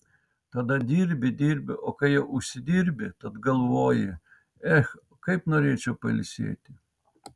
tada dirbi dirbi o kai jau užsidirbi tada galvoji ech kaip norėčiau pailsėti